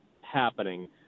happening